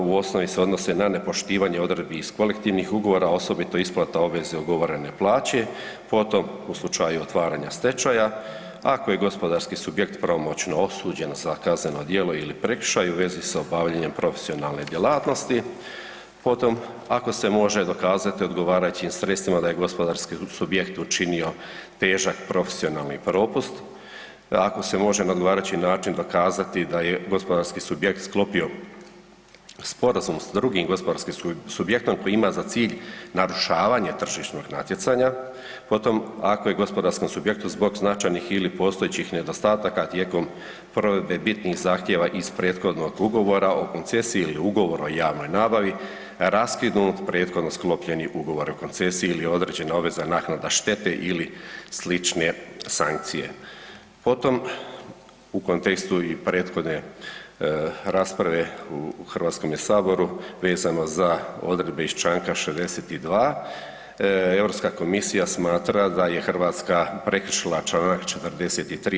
U osnovi se odnose na nepoštivanje odredbi iz kolektivnih ugovora, osobito isplata obveze ugovorene plaće, potom u slučaju otvaranja stečaja, ako je gospodarski subjekt pravomoćno osuđen za kazneno djelo ili prekršaj u vezi sa obavljanjem profesionalne djelatnosti, potom ako se može dokazati odgovarajućim sredstvima da je gospodarski subjekt učinio težak profesionalni propust, ako se može na odgovarajući način dokazati da je gospodarski subjekt sklopio sporazum s drugim gospodarskim subjektom koji ima za cilj narušavanje tržišnog natjecanja, potom ako je gospodarskom subjektu zbog značajnih ili postojećih nedostataka tijekom provedbe bitnih zahtjeva iz prethodnog ugovora o koncesiji ili ugovor o javnoj nabavi raskinut prethodno sklopljeni ugovor o koncesiji ili određena obveza naknada štete ili slične sankcije; potom u kontekstu i prethodne rasprave u HS-u vezano za odredbe iz čl. 62., EU komisija smatra da je Hrvatska prekršila čl. 43.